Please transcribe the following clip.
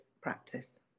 practice